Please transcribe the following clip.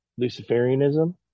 luciferianism